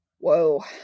Whoa